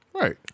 Right